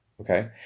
Okay